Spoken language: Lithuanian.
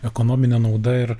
ekonominė nauda ir